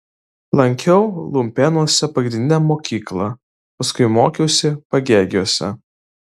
lankiau lumpėnuose pagrindinę mokyklą paskui mokiausi pagėgiuose